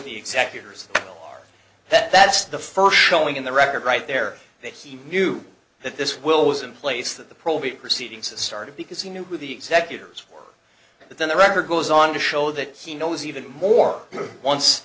the executors that that's the first showing in the record right there that he knew that this will was in place that the probate proceedings started because he knew who the executors for but then the record goes on to show that he knows even more once